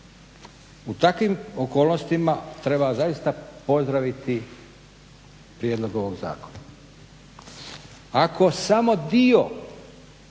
U takvim okolnostima treba zaista pozdraviti prijedlog ovog zakona. Ako samo dio